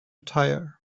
tire